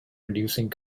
reducing